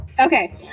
Okay